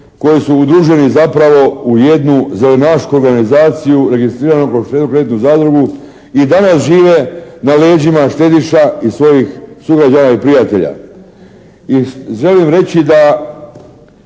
koji su udruženi zapravo u jednu zelenašku organizaciju registriranu pod štedno-kreditnu zadrugu i danas žive na leđima štediša i svojih sugrađana i prijatelja. I želim reći da